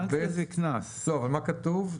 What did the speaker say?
אבל מה כתוב?